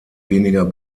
weniger